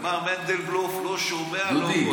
ומר מנדלבלוף לא שומע, לא רואה.